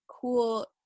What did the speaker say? cool